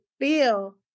feel